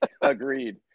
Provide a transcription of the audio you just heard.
Agreed